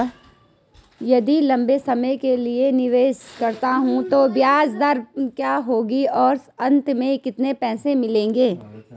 यदि लंबे समय के लिए निवेश करता हूँ तो ब्याज दर क्या होगी और अंत में कितना पैसा मिलेगा?